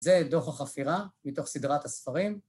זה דו"ח החפירה מתוך סדרת הספרים.